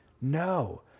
No